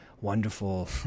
wonderful